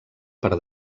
per